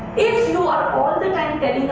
if you are all the time